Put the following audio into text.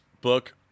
book